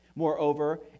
Moreover